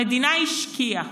המדינה השקיעה,